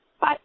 Bye